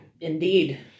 Indeed